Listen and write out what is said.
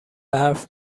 حرفت